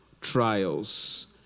trials